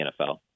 NFL